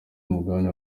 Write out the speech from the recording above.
umugabane